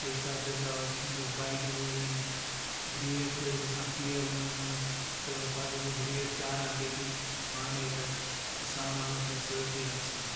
بیٚیہِ ساتہٕ تہِ ہَسا اوس بہٕ بایِکہِ گوٚو برٛیک تہِ ٲس گژھان فیل منٛزٕ منٛزٕ تہٕ پَتہٕ اوسُس بہٕ برٛیک چاران تٔتی پانَے تَتھ سامان اوس مےٚ سۭتی آسان